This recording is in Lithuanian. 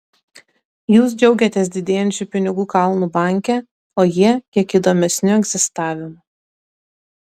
jūs džiaugiatės didėjančiu pinigų kalnu banke o jie kiek įdomesniu egzistavimu